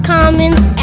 Commons